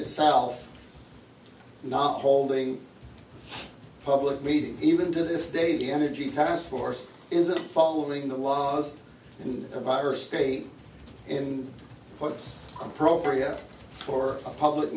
itself not holding public meetings even to this day the energy task force isn't following the laws and the virus state and what's appropriate for a public